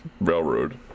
railroad